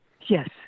Yes